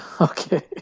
Okay